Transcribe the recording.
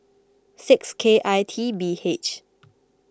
six K I T B H